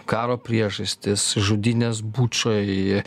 karo priežastis žudynes bučoj